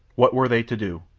what were they to do?